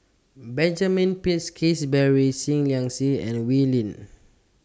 Benjamin Peach Keasberry Seah Liang Seah and Wee Lin